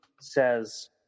says